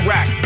Rack